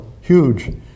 huge